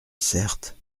certes